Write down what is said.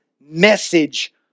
message